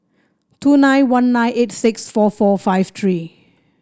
two nine one nine eight six four four five three